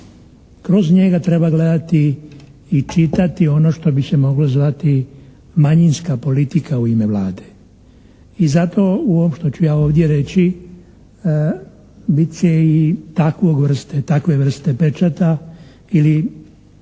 kroz njega treba gledati i čitati ono što bi se moglo zvati manjinska politika u ime Vlade. I zato u ovom što ću ja ovdje reći bit će i takvog vrste, takve